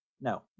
no